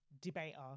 debater